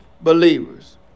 believers